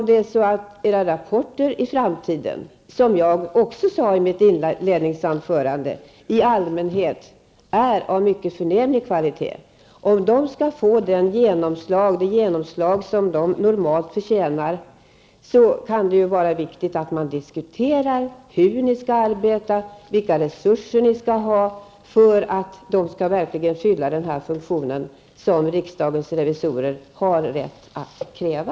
För att era rapporter, vilka, som jag också sade i mitt inledningsanförande, i allmänhet är av mycket förnämlig kvalitet, i framtiden skall få det genomslag som de normalt förtjänar kan det vara viktigt att man diskuterar hur ni skall arbeta och vilka resurser ni skall ha för att verkligen fylla de funktioner som riksdagens revisorer skall utöva.